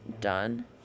done